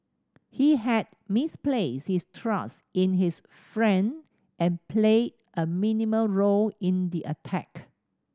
he had misplaced his trust in his friend and played a minimal role in the attack